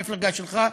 המפלגה שלך,